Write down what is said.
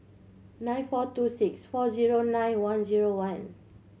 nine four two six four zero nine one zero one